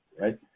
right